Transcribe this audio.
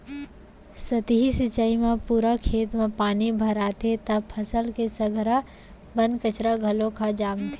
सतही सिंचई म पूरा खेत म पानी भराथे त फसल के संघरा बन कचरा घलोक ह जामथे